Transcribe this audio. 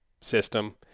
system